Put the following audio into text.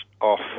off